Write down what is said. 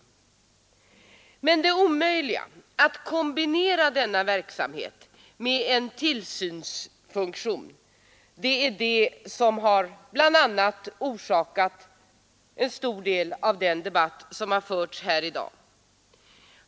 Det är emellertid den omöjliga uppgiften att kombinera denna verksamhet med en tillsynsfunktion som orsakat en stor del av den debatt som har förts här i dag.